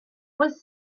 was